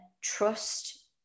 trust